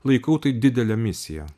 laikau tai didele misija